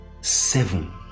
seven